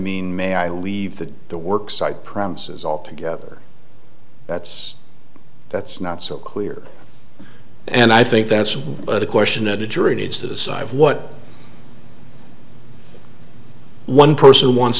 mean may i leave the the work site princes all together that's that's not so clear and i think that's a question that a jury needs to decide what one person wants